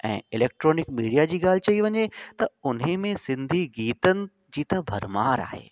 ऐं electronic media जी ॻाल्हि चई वञे त हुन में सिंधी गीतनि जी त भरिमार आहे